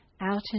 out